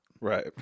right